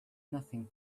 nothing